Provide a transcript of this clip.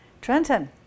Trenton